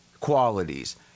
Qualities